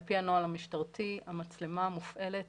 על פי הנוהל המשטרתי המצלמה מופעלת